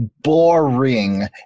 boring